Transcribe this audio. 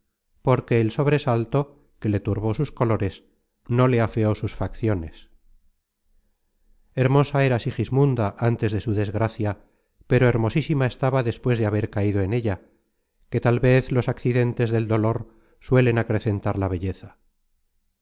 porque el sobresalto que le turbó sus colores no le afeó sus facciones hermosa era sigismunda antes de su desgracia pero hermosísima estaba despues de haber caido en ella que tal vez los accidentes del dolor suelen acrecentar la belleza